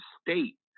state